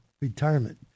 retirement